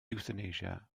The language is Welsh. ewthanasia